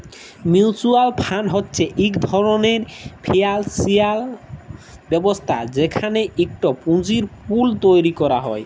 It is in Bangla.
মিউচ্যুয়াল ফাল্ড হছে ইক ধরলের ফিল্যালসিয়াল ব্যবস্থা যেখালে ইকট পুঁজির পুল তৈরি ক্যরা হ্যয়